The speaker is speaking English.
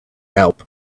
help